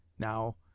Now